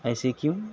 ایسے کیوں